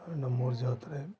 ನಮ್ಮೂರ ಜಾತ್ರೆ